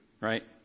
right